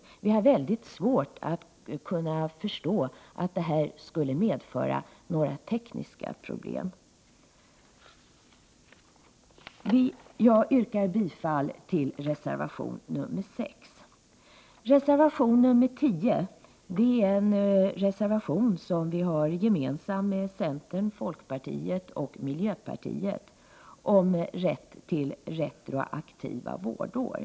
Det är mycket svårt att förstå att detta skulle medföra några tekniska problem. Jag yrkar bifall till reservation nr 6. Reservation nr 10 är gemensam för vpk, centern, folkpartiet och miljöpartiet, och den gäller retroaktiv rätt till vårdår.